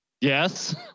Yes